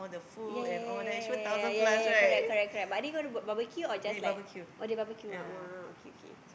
ya ya ya ya ya ya ya ya correct correct but are they going to book barbecue or just like oh they barbecue ah !wah! okay okay